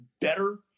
better